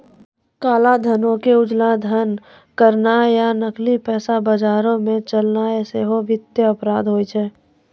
काला धनो के उजला धन करनाय या नकली पैसा बजारो मे चलैनाय सेहो वित्तीय अपराध होय छै